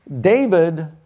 David